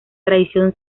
tradición